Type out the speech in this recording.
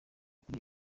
kuri